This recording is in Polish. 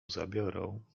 zabiorą